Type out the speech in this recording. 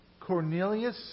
Cornelius